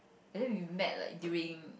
and then you made like dream